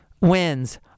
wins